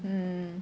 um